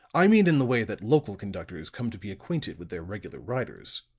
i mean in the way that local conductors come to be acquainted with their regular riders.